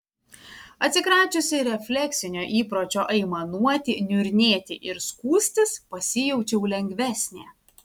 atsikračiusi refleksinio įpročio aimanuoti niurnėti ir skųstis pasijaučiau lengvesnė